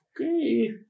Okay